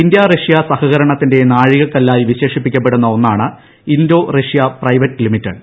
India Russia സഹകരണത്തിന്റെ നാഴികകല്ലായി വിശേഷിപ്പിക്കപ്പെടുന്ന ഒന്നാണ് ഇന്തോ റഷ്യ പ്രൈവറ്റ് ലിമിറ്റഡ്